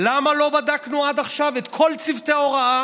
למה לא בדקנו עד עכשיו את כל צוותי ההוראה